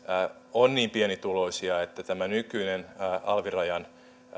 on niin pienituloisia että tämä nykyinen alvirajan